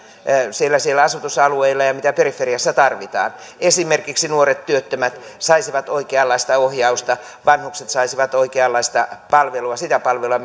siellä siellä asutusalueilla ja periferiassa tarvitaan esimerkiksi nuoret työttömät saisivat oikeanlaista ohjausta vanhukset saisivat oikeanlaista palvelua sitä palvelua